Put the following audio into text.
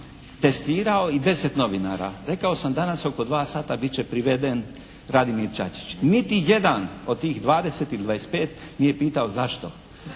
testirao i deset novinara. Rekao sam danas oko 2 sata bit će priveden Radimir Čačić. Niti jedan od tih 20 ili 25 nije pitao zašto?